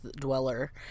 dweller